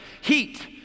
Heat